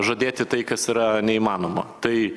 žadėti tai kas yra neįmanoma tai